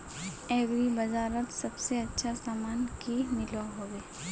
Agri बजारोत सबसे अच्छा सामान की मिलोहो होबे?